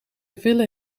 willen